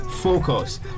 Focus